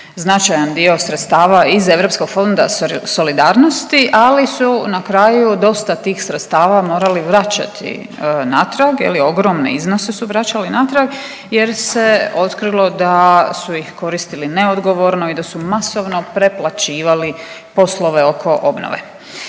značajan dio sredstava iz europskog Fonda solidarnosti, ali su na kraju dosta tih sredstava morali vraćati natrag, je li, ogromne iznose su vraćali natrag jer se otkrilo da su ih koristili neodgovorno i da su masovno preplaćivali poslove oko obnove.